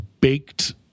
baked